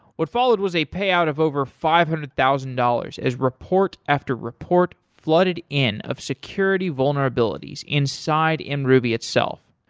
what followed was a payout of over five hundred thousand dollars as report after report flooded in of security vulnerabilities inside and mruby itself.